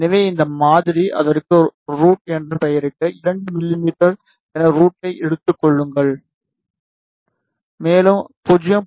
எனவே இந்த மாறி அதற்கு ரூட் என்று பெயரிட்டு 2 மிமீ என ரூட்டை எடுத்துக் கொள்ளுங்கள் மேலும் 0